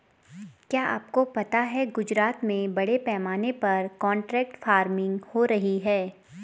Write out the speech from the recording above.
क्या आपको पता है गुजरात में बड़े पैमाने पर कॉन्ट्रैक्ट फार्मिंग हो रही है?